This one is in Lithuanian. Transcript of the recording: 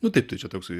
nu taip tu čia toksai